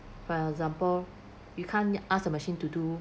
for example you can't ask the machine to do